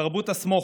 תרבות "הסמוך".